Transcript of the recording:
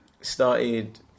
started